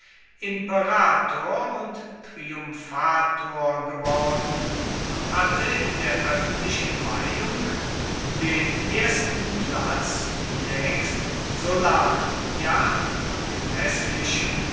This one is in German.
imperator und triumphator geworden und hatte in der öffentlichen meinung den ersten platz nächst sulla ja von dem läßlichen